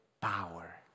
power